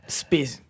space